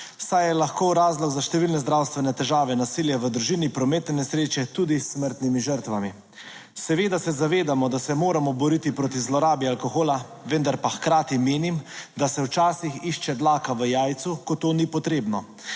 saj je lahko razlog za številne zdravstvene težave, nasilja v družini, prometne nesreče, tudi s smrtnimi žrtvami. Seveda se zavedamo, da se moramo boriti proti zlorabi alkohola, vendar pa hkrati menim, da se včasih išče dlaka v jajcu, ko to ni potrebno.